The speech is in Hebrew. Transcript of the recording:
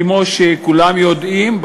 כמו שכולם יודעים,